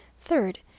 Third